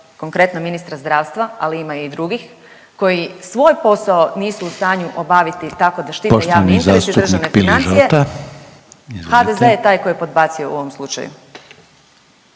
konkretno ministra zdravstva ali ima i drugih koji svoj posao nisu u stanju obaviti tako da štite javni interes i državne financije, HDZ je taj koji je podbacio u ovom slučaju.